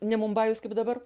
ne mumbajus kaip dabar